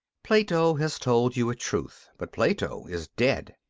plato has told you a truth but plato is dead.